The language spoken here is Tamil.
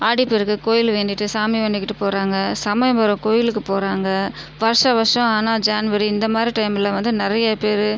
ஆடி பெருக்குக்கு கோயில் வேண்டிகிட்டு சாமி வேண்டிக்கிட்டு போகிறாங்க சமயபுரம் கோவிலுக்கு போகிறாங்க வருஷ வருஷம் ஆனால் ஜனவரி இந்த மாதிரி டைமில் வந்து நிறைய பேர்